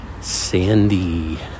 sandy